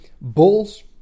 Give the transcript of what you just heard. balls